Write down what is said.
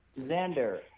Xander